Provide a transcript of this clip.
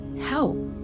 help